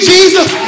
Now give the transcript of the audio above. Jesus